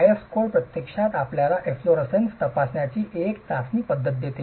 IS code प्रत्यक्षात आपल्याला efflorescence तपासण्यासाठी एक चाचणी पद्धत देते